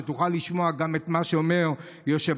שתוכל לשמוע גם את מה שאומר יושב-ראש